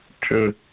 True